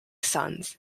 sons